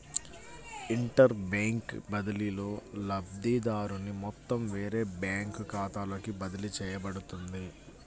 inter bank బదిలీలో, లబ్ధిదారుని మొత్తం వేరే బ్యాంకు ఖాతాలోకి బదిలీ చేయబడుతుంది